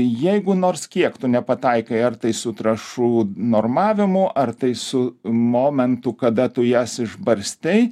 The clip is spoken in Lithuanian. jeigu nors kiek tu nepataikai ar tai su trąšų normavimu ar tai su momentu kada tu jas išbarstei